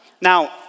Now